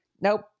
Nope